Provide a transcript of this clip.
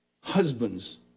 husbands